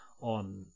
on